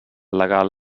legal